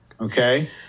okay